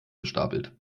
gestapelt